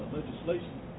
legislation